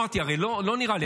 ואז אמרתי: לא נראה לי.